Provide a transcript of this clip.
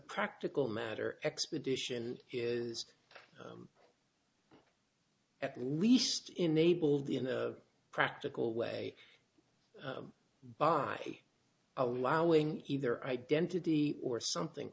practical matter expedition is at least enabled in a practical way by allowing either identity or something